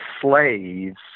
slaves